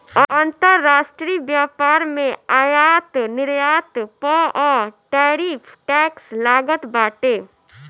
अंतरराष्ट्रीय व्यापार में आयात निर्यात पअ टैरिफ टैक्स लागत बाटे